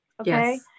okay